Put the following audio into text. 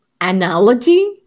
analogy